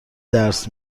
درس